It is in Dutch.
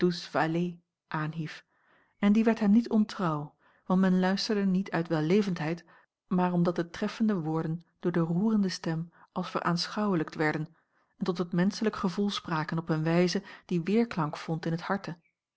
en die werd hem niet ontrouw want men luisterde niet uit wellevendheid maar omdat de treffende woorden door de roerende stem als veraanschouwelijkt werden en tot het menschelijk gevoel spraken op eene wijze die weerklank vond in het harte